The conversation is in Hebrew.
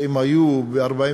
שאם אלה היו ב-1948,